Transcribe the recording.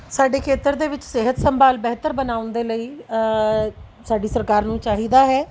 ਸਾਡੇ ਖੇਤਰ ਦੇ ਵਿੱਚ ਸਿਹਤ ਸੰਭਾਲ ਬਿਹਤਰ ਬਣਾਉਣ ਦੇ ਲਈ ਸਾਡੀ ਸਰਕਾਰ ਨੂੰ ਚਾਹੀਦਾ ਹੈ